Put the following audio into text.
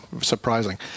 surprising